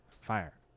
fire